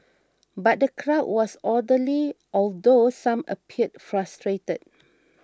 but the crowd was orderly although some appeared frustrated